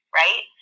right